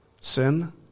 sin